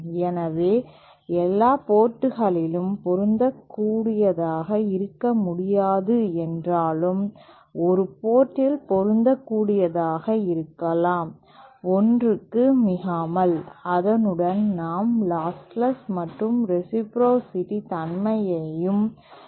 எனவே எல்லா போர்டுகளிலும் பொருந்தக்கூடியதாக இருக்க முடியாது என்றாலும் ஒரு போர்டில் பொருந்தக்கூடியதாக இருக்கலாம் 1 க்கு மிகாமல் அதனுடன் நாம் லாஸ்லஸ் மற்றும் ரேசிப்ரோசிடி தன்மையையும் கொண்டிருக்கலாம்